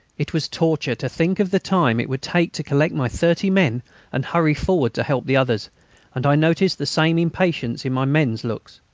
it was torture to think of the time it would take to collect my thirty men and hurry forward to help the others and i noticed the same impatience in my men's looks.